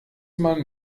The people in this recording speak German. man